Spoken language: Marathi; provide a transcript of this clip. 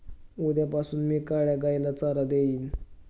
उद्यापासून मी काळ्या गाईला चारा देईन